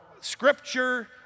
scripture